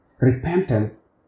Repentance